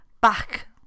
back